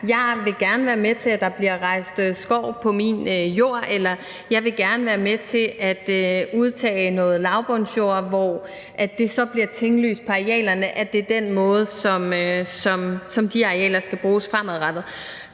Jeg vil gerne være med til, at der bliver rejst skov på min jord. Eller: Jeg vil gerne være med til at udtage noget lavbundsjord. Og så bliver det tinglyst på arealerne, at det er den måde, som de arealer skal bruges fremadrettet.